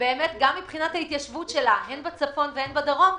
גם מבחינת ההתיישבות בצפון ובדרום,